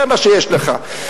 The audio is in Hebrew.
זה מה שיש לך.